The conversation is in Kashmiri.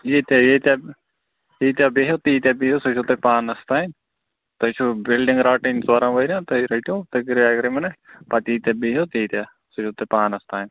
ییٖتیٛاہ ییٖتیٛاہ ییٖتیٛاہ بِہیٛو تیٖتیٛاہ بِہِیٛو سۄ چھُو تۄہہِ پانَس تانۍ تۄہہِ چھُو بِلڈِنٛگ رَٹٕنۍ ژورَن ؤری یَن تُہۍ رٔٹِو تُہۍ کٔریٛو ایٚگریٖمیٚنٛٹ پتہٕ ییٖتیٛاہ بِہیٛو تیٖتیٛاہ سُہ چھُو تۄہہِ پانَس تانۍ